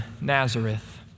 Nazareth